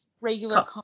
regular